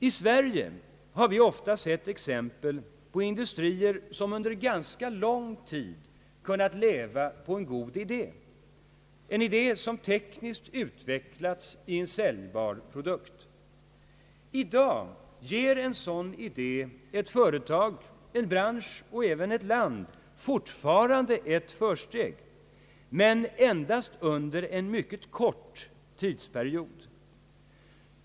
I Sverige har vi ofta sett exempel på industrier som under ganska lång tid kunnat leva på en god idé som tekniskt utvecklats i en säljbar produkt. I dag ger en sådan idé ett företag, en bransch, ett land fortfarande ett försteg, men endast under en mycket kort tid.